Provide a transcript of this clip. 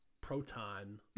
proton